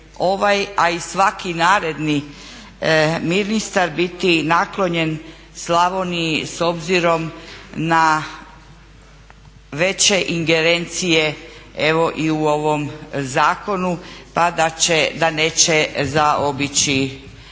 a i svaki naredni ministar biti naklonjen Slavoniji s obzirom na veće ingerencije evo i u ovom zakonu pa da neće zaobići